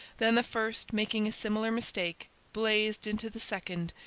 then the first, making a similar mistake, blazed into the second,